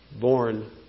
born